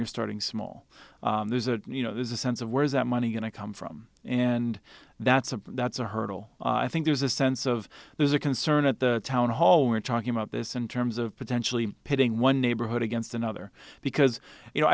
you're starting small there's a you know there's a sense of where is that money going to come from and that's a that's a hurdle i think there's a sense of there's a concern at the town hall we're talking about this in terms of potentially pitting one neighborhood against another because you know